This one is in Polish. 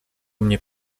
mnie